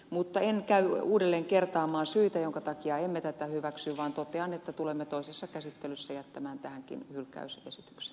mutta en käy uudelleen kertaamaan syitä joiden takia emme tätä hyväksy vaan totean että tulemme toisessa käsittelyssä jättämään tähänkin hylkäysesityksen